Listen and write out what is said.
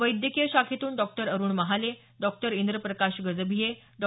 वैद्यकीय शाखेतून डॉ अरुण महाले डॉ इंद्रप्रकाश गजभिये डॉ